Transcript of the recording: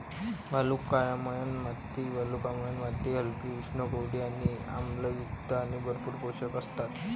वालुकामय माती वालुकामय माती हलकी, उष्ण, कोरडी आणि आम्लयुक्त आणि भरपूर पोषक असतात